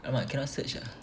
!alamak! cannot search ah